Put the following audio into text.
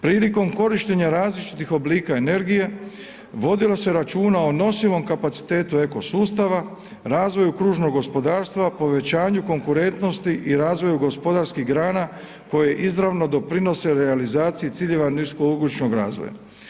Prilikom korištenja različitih oblika energije vodilo se računa o nosivom kapacitetu eko sustava, razvoju kružnog gospodarstva, povećanju konkurentnosti i razvoju gospodarskih grana koje izravno doprinose realizaciji ciljeva nisko …/nerazumljivo/ razvoja.